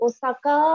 Osaka